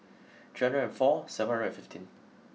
three hundred and four seven hundred and fifteen